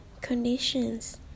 conditions